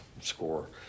score